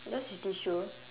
yours is tissue